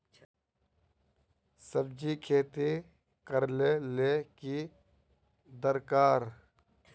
सब्जी खेती करले ले की दरकार?